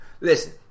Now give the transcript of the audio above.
listen